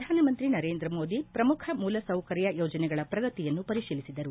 ಪ್ರಧಾನಮಂತ್ರಿ ನರೇಂದ್ರ ಮೋದಿ ಪ್ರಮುಖ ಮೂಲಸೌಕರ್ಯ ಯೋಜನೆಗಳ ಪ್ರಗತಿಯನ್ನು ಪರಿಶೀಲಿಸಿದರು